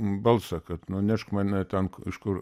balsą kad nunešk mane ten kažkur